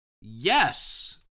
Yes